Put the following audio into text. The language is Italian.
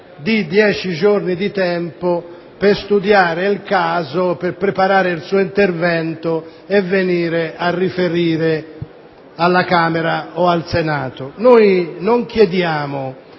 di dieci giorni di tempo per studiare il caso, per preparare il suo intervento e venire a riferire alla Camera o al Senato. Non chiediamo